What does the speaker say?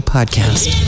Podcast